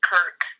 Kirk